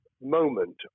moment